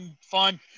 fun